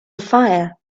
fire